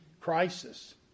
Crisis